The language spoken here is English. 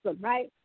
right